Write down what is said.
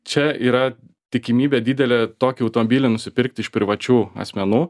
čia yra tikimybė didelė tokį autombilį nusipirkti iš privačių asmenų